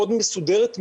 מאוד מסודרת,